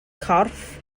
corff